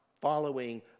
following